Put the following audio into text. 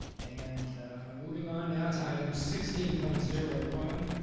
and moving on now to item sixteen point zero one,